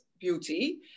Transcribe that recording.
beauty